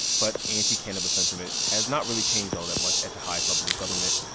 but anti-cannabis sentiment has not really changed all that much at the highest levels of government.